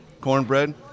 cornbread